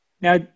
Now